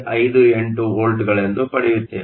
58 ವೋಲ್ಟ್ಗಳೆಂದು ಪಡೆಯುತ್ತೇವೆ